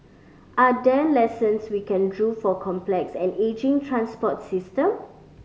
are there lessons we can draw for complex and ageing transport system